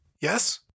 Yes